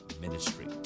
ministry